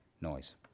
noise